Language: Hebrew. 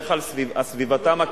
בדרך כלל סביבתם הקרובה,